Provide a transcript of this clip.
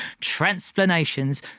transplanations